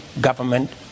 government